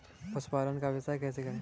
पशुपालन का व्यवसाय कैसे करें?